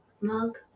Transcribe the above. mug